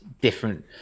different